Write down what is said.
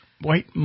white